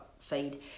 feed